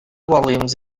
volumes